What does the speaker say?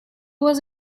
was